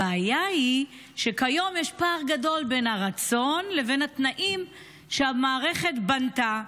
הבעיה היא שכיום יש פער גדול בין הרצון לבין התנאים שהמערכת בנתה.